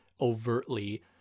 overtly